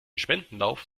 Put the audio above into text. spendenlauf